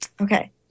Okay